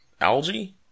Algae